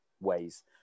ways